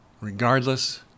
Regardless